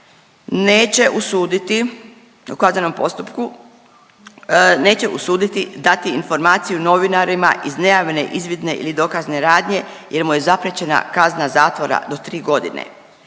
neće usuditi dati informaciju novinarima iz nejavne izvidne ili dokazne radnje jer mu je zapriječena kazna zatvora do tri godine.